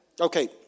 Okay